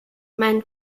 mein